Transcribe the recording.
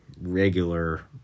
regular